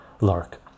Lark